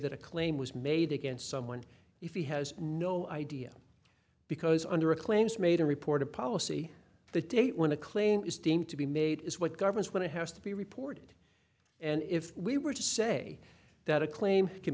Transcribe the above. that a claim was made against someone if he has no idea because under a claims made a report a policy the date when a claim is deemed to be made is what governs when it has to be reported and if we were to say that a claim can